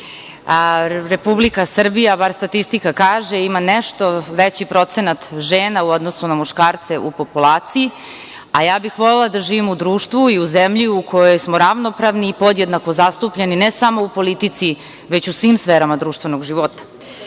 fifti. Republika Srbija, bar statistika kaže, ima nešto veći procenat žena u odnosu na muškarce u populaciji, a ja bih volela da živim u društvu i u zemlji u kojoj smo ravnopravni i podjednako zastupljeni, ne samo u politici, već u svim sferama društvenog života. Šta